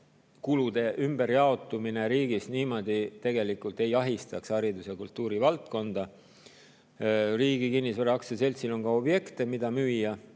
kulude ümberjaotumine riigis niimoodi tegelikult ei ahistaks haridus- ja kultuurivaldkonda. Riigi Kinnisvara Aktsiaseltsil on ka objekte, mida müüa.